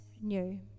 new